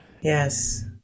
Yes